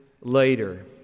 later